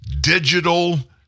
digital